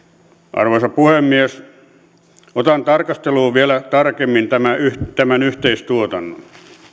arvoisa puhemies otan tarkasteluun vielä tarkemmin tämän yhteistuotannon